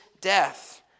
death